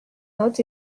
notes